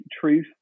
truth